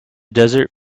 desert